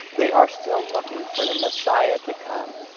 they are still looking for the messiah to come.